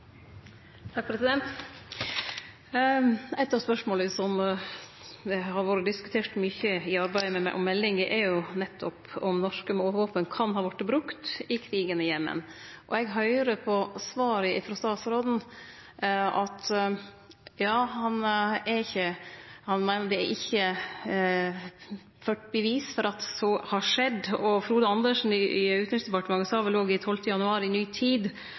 av spørsmåla som har vore diskutert mykje i arbeidet med meldinga, er nettopp om norske våpen kan ha vore brukte i krigen i Jemen. Eg høyrer på svaret frå statsråden at han meiner det ikkje er ført bevis for at det har skjedd, og Frode Andersen i Utanriksdepartementet sa vel òg 15. januar i Ny Tid